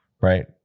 right